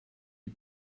die